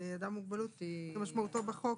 זה אדם עם מוגבלות כמשמעותו בחוק